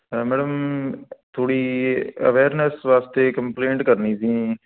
madam ਥੋੜ੍ਹੀ awareness ਵਾਸਤੇ complaint ਕਰਨੀ ਸੀ